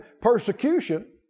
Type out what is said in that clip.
Persecution